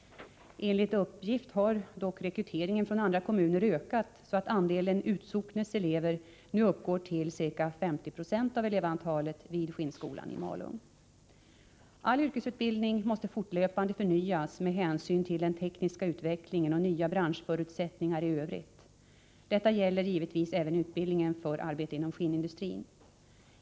Enligt uppgift har dock rekryteringen från andra kommuner ökat, så att andelen ”utsocknes” elever nu uppgår till ca 50 90 av elevantalet vid ”skinnskolan” i Malung. All yrkesutbildning måste fortlöpande förnyas med hänsyn till den tekniska utvecklingen och nya branschförbättringar i övrigt. Detta gäller givetvis även utbildning för arbete inom skinnindustrin.